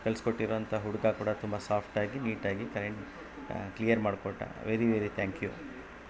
ಕಳಿಸ್ಕೊಟ್ಟಿರುವಂಥ ಹುಡುಗ ಕೂಡ ತುಂಬ ಸಾಫ್ಟಾಗಿ ನೀಟಾಗಿ ಕಾ ಕ್ಲಿಯರ್ ಮಾಡ್ಕೊಟ್ಟ ವೆರಿ ವೆರಿ ತ್ಯಾಂಕ್ ಯು